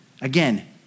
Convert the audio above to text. Again